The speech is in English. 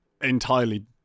entirely